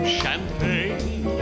champagne